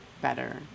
Better